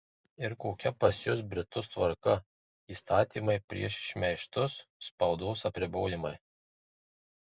ir kokia pas jus britus tvarka įstatymai prieš šmeižtus spaudos apribojimai